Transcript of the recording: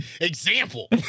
example